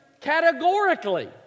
categorically